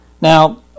Now